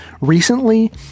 recently